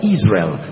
Israel